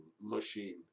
machine